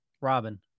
Robin